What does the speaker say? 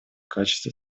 качестве